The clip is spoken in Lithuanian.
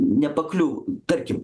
nepakliuvo tarkim